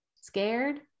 scared